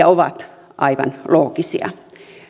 ovat aivan loogisia